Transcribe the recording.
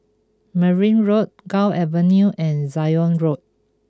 Merryn Road Gul Avenue and Zion Road